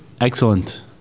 Excellent